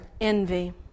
envy